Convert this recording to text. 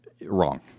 wrong